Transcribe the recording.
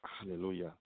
Hallelujah